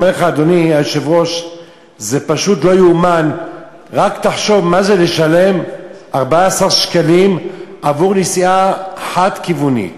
רק תחשוב מה זה לשלם 14 שקלים עבור נסיעה חד-כיוונית.